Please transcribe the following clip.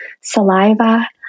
saliva